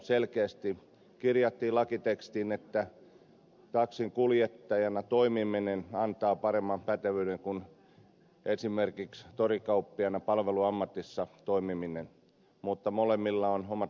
selkeästi kirjattiin lakitekstiin että taksin kuljettajana toimiminen antaa paremman pätevyyden kuin esimerkiksi torikauppiaana palveluammatissa toimiminen mutta molemmilla on oma merkityksensä